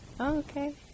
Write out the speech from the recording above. Okay